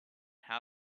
how